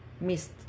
missed